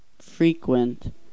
frequent